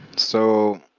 so?